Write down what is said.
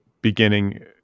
beginning